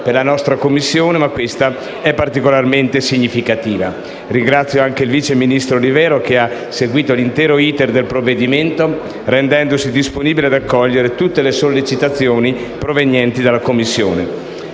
per la 9a Commissione, ma questa è particolarmente significativa. Ringrazio anche il vice ministro Olivero che ha seguito l'intero *iter* del provvedimento, rendendosi disponibile ad accogliere tutte le sollecitazioni provenienti dalla Commissione.